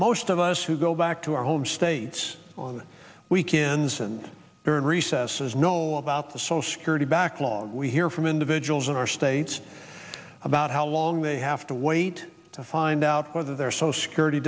most of us who go back to our home states on weekends and during recesses know about the social security backlog we hear from individuals in our states about how long they have to wait to find out whether their social security